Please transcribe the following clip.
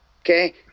Okay